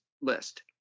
list